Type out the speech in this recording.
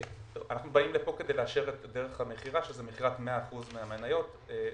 אנחנו באנו לפה כדי לאשר את דרך המכירה שזה מכירת 100% מהמניות למשקיע.